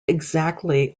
exactly